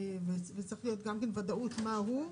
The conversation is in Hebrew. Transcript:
וצריכה להיות גם ודאות מה הוא.